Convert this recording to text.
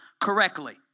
correctly